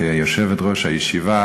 כיושבת-ראש הישיבה,